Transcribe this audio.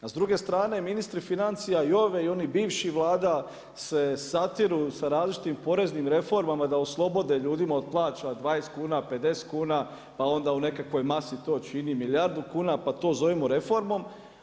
A s druge strane ministri financija i ove i onih bivših Vlada se satiru sa različitim poreznim reformama da oslobode ljudima od plaća 20 kuna, 50 kuna pa onda u nekakvoj masi to čini milijardu kuna, pa to zovemo reformom.